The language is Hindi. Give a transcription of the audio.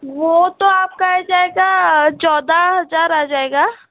वो तो आपका आ जाएगा चौदह हजार आ जाएगा